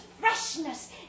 freshness